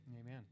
Amen